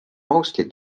mostly